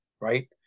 right